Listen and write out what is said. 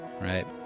right